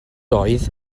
oedd